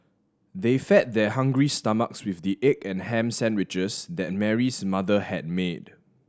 they fed their hungry stomachs with the egg and ham sandwiches that Mary's mother had made